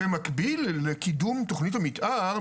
במקביל לקידום תכנית המתאר,